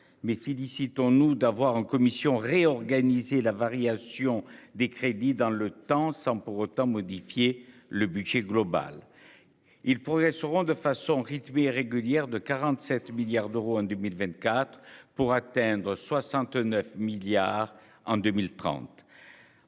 mais félicitons-nous d'avoir en commission réorganiser la variation des crédits dans le temps sans pour autant modifier le budget global. Ils progresseront de façon rythmée et régulière de 47 milliards d'euros en 2024 pour atteindre 69 milliards en 2030.